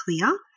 clear